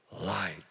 light